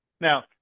Now